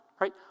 right